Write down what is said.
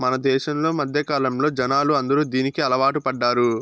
మన దేశంలో మధ్యకాలంలో జనాలు అందరూ దీనికి అలవాటు పడ్డారు